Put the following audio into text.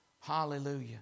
Hallelujah